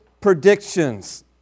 predictions